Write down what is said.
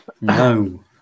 No